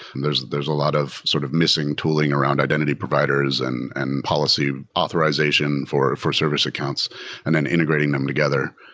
and there's there's a lot of sort of missing tooling around identity providers and and policy authorization for for service accounts and then integrating them together.